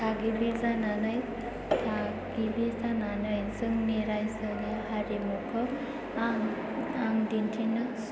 थागिबि जानानै जोंनि रायजोनि हारिमुखौ आं दिन्थिनो